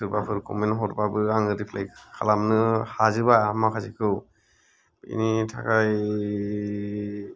सोरबाफोर खमेन्ट हरबाबो आंङो रिप्लाय खालामनो हाजोबा माखासेखौ बिनि थाखाय